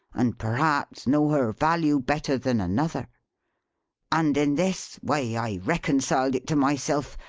and perhaps know her value better than another and in this way i reconciled it to myself,